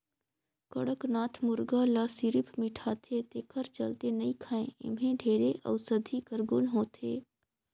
कड़कनाथ मुरगा ल सिरिफ मिठाथे तेखर चलते नइ खाएं एम्हे ढेरे अउसधी कर गुन होथे